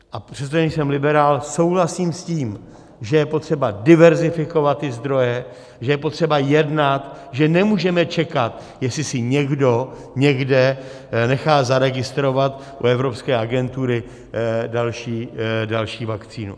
A přestože nejsem liberál, souhlasím s tím, že je potřeba diverzifikovat ty zdroje, že je potřeba jednat, že nemůžeme čekat, jestli si někdo někde nechá zaregistrovat u evropské agentury další vakcínu.